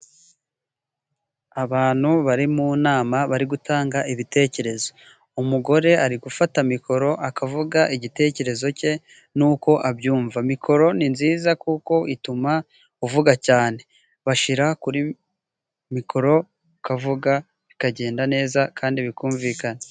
Abantu bari mu nama， bari gutanga ibitekerezo. Umugore ari gufata mikoro akavuga igitekerezo cye， n’uko abyumva. Mikoro ni nziza kuko ituma uvuga cyane， bashiyra kuri mikoro，ukavuga bikagenda neza， kandi bikumvikana.